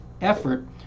effort